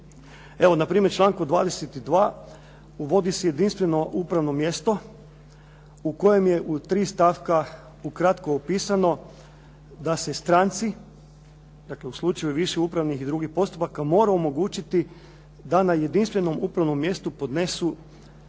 Evo, npr. u članku 22. uvodi se jedinstveno upravno mjesto u kojem je u tri stavka ukratko opisano da se stranci, dakle u slučaju viših upravnih i drugih postupaka, mora omogućiti da na jedinstvenom upravno mjestu podnesu